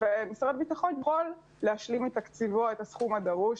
משרד הביטחון יכול להשלים מתקציבו את הסכום הדרוש.